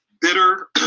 bitter